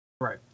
Right